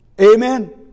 Amen